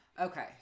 Okay